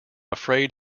afraid